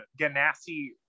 Ganassi